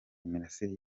imirasire